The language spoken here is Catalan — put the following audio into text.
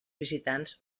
visitants